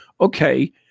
okay